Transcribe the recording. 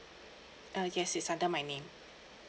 uh yes is under my name